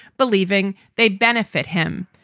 believing they benefit him.